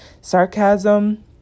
sarcasm